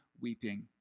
weeping